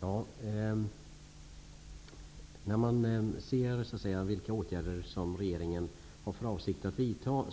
Herr talman! När jag ser vilka åtgärder som regeringen har för avsikt att vidta,